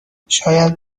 شاید